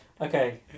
Okay